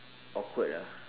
awkward lah